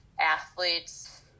athletes